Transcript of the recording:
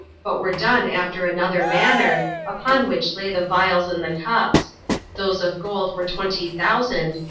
but were done after another manner, upon which lay the vials and the cups those of gold were twenty thousand,